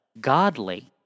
godly